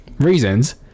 reasons